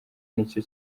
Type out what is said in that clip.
n’icyo